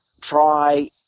try